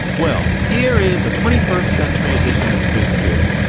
well, here is a twenty first century edition of quiz kids.